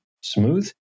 smooth